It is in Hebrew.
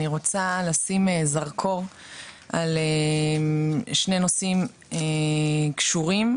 אני רוצה לשים זרקור על שני נושאים קשורים,